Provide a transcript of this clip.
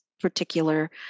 particular